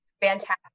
fantastic